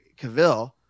Cavill